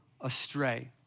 astray